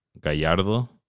Gallardo